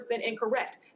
incorrect